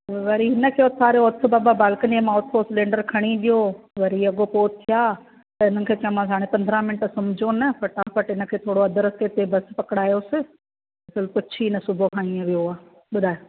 वरी हिनखे उथारियो उथु बाबा बालकनीअ मां उथो सिलेन्डर खणी डि॒यो वरी अॻोपो उथिया त हिननि खे चयो मानि हाणे पंद्रहं मिन्ट सुम्हजो न फटाफटि हिनखे थोरो अधु रस्ते ते बसि पकिड़ायोसि पुछी न सुबुह खां इएं वियो आहे ॿुधाए